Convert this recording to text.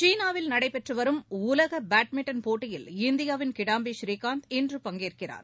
சீனாவில் நடைபெற்றவரும் உலகபேட்மிண்டன் போட்டியில் இந்தியாவின் கிடாம்பி ஸ்ரீகாந்த் இன்று பங்கேற்கிறார்